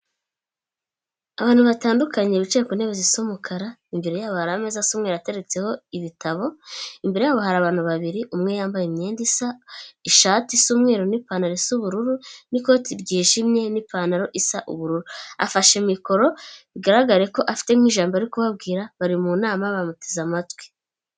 Abantu batandukanye bicaye ku ntebe zisa umukara imbere yabo hari ameza asa umweru ateretseho ibitabo. Imbere yabo hari abantu babiri umwe yambaye imyenda isa ,ishati isa umweru n'ipantaro isa ubururu n'ikoti ry'ijimye n'ipantaro isa ubururu afashe mikoro bigaragare ko afite nk'ijambo ari kubabwira bari mu nama bamuteze amatwi.